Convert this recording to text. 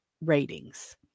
ratings